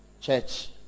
church